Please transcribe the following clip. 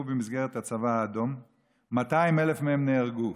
במסגרת הצבא האדום ו-200,000 מהם נהרגו.